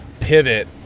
pivot